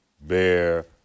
bear